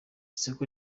isoko